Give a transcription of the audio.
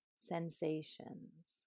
Sensations